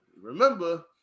remember